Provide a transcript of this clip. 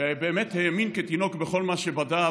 ובאמת "האמין כתינוק בכל מה שהוא בדה,